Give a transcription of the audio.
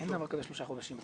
אין דבר כזה שלושה חודשים.